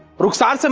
ruksaar,